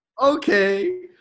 Okay